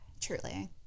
Truly